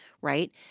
right